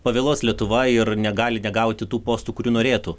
pavėluos lietuva ir negali negauti tų postų kurių norėtų